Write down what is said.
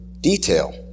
detail